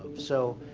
so,